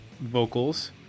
vocals